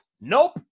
Nope